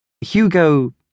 Hugo